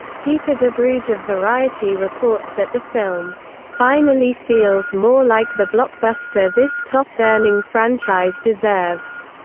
peter debruge of variety reports that the film finally feels more like the blockbuster this top-earning franchise deserves.